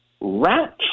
Rat